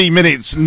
minutes